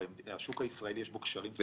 הרי בשוק הישראלי יש קשרים צולבים.